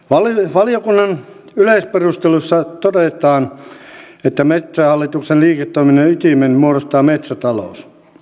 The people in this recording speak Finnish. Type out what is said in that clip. valiokunnan yleisperusteluissa todetaan että metsähallituksen liiketoiminnan ytimen muodostaa metsätalous